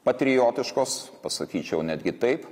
patriotiškos pasakyčiau netgi taip